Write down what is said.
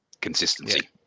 Consistency